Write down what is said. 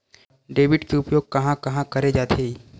Debit के उपयोग कहां कहा करे जाथे?